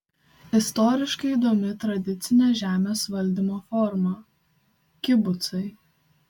istoriškai įdomi tradicinė žemės valdymo forma kibucai